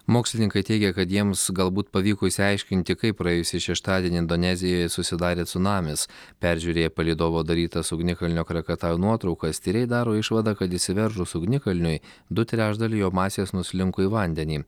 mokslininkai teigia kad jiems galbūt pavyko išsiaiškinti kaip praėjusį šeštadienį indonezijoje susidarė cunamis peržiūrėję palydovo darytas ugnikalnio krakatau nuotraukas tyrėjai daro išvadą kad išsiveržus ugnikalniui du trečdaliai jo masės nuslinko į vandenį